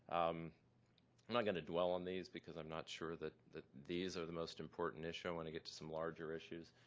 i'm not going to dwell on these because i'm not sure that these are the most important issues. i want to get to some larger issues.